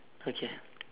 okay